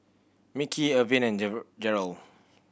Mickie Irvin and Jeryl